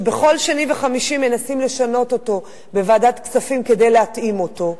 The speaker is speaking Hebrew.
שבכל שני וחמישי מנסים לשנות אותו בוועדת כספים כדי להתאים אותו.